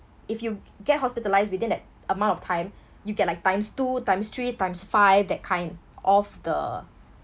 if you get hospitalised within that amount of time you get like times two times three times five that kind of the